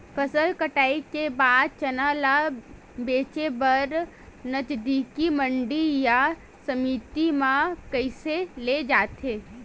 फसल कटाई के बाद चना ला बेचे बर नजदीकी मंडी या समिति मा कइसे ले जाथे?